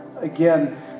again